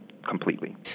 completely